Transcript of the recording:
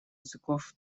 языков